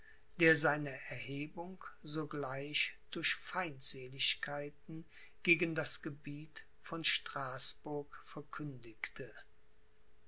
der seine erhebung sogleich durch feindseligkeiten gegen das gebiet von straßburg verkündigte